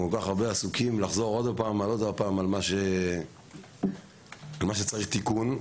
אנחנו כל כך הרבה עסוקים בלחזור על מה שצריך תיקון,